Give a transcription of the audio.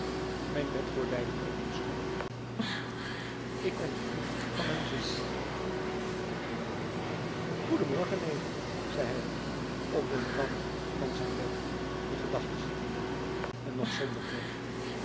mijn bedgordijnen openschoof ik kon genoeg van hem zien goeden morgen neef zei hij op den rand van zijn bed in gedachten zittende en nog zonder bril